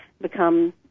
become